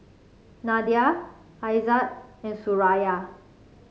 Nadia Aizat and Suraya